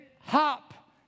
hop